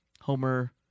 Homer